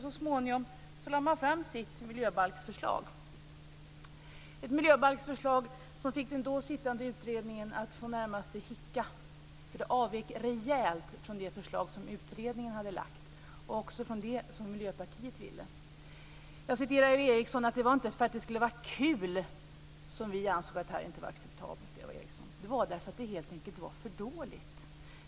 Så småningom lade man fram sitt miljöbalksförslag - ett miljöbalksförslag som närmast fick den då sittande utredningen att hicka. Det avvek rejält från det förslag som utredningen hade lagt fram och också från det som Miljöpartiet ville. Jag citerar Eva Eriksson. Det var inte för att det skulle vara kul som vi ansåg att förslaget inte var acceptabelt. Det var därför att det helt enkelt var för dåligt.